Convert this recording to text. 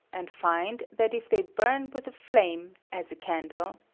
and find that if they bum with a flame, as a candle,